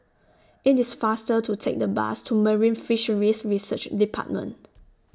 IT IS faster to Take The Bus to Marine Fisheries Research department